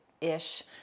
ish